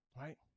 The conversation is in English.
Right